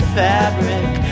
fabric